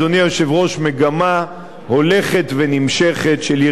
מגמה הולכת ונמשכת של ירידה באבטלה.